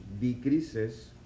decreases